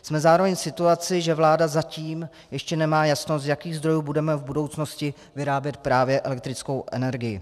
Jsme zároveň v situaci, že vláda zatím ještě nemá jasno, z jakých zdrojů budeme v budoucnosti vyrábět právě elektrickou energii.